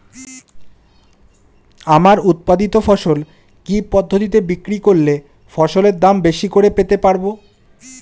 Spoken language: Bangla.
আমার উৎপাদিত ফসল কি পদ্ধতিতে বিক্রি করলে ফসলের দাম বেশি করে পেতে পারবো?